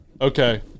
Okay